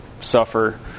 suffer